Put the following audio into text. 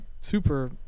super